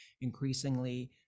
increasingly